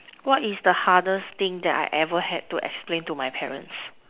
what is the hardest thing that I ever had to explain to my parents